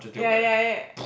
ya ya ya